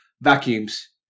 vacuums